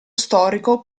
storico